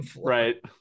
right